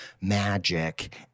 magic